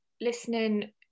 listening